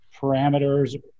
parameters